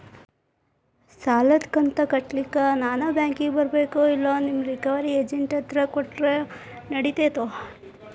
ಸಾಲದು ಕಂತ ಕಟ್ಟಲಿಕ್ಕೆ ನಾನ ಬ್ಯಾಂಕಿಗೆ ಬರಬೇಕೋ, ಇಲ್ಲ ನಿಮ್ಮ ರಿಕವರಿ ಏಜೆಂಟ್ ಹತ್ತಿರ ಕೊಟ್ಟರು ನಡಿತೆತೋ?